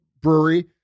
brewery